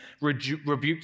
rebuked